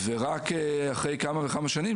ורק אחרי כמה וכמה שנים,